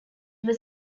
was